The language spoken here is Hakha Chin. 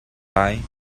lai